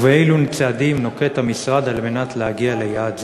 ואילו צעדים נוקט המשרד על מנת להגיע ליעד זה?